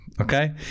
Okay